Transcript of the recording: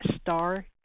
star